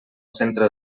centre